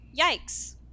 yikes